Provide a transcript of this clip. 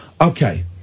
Okay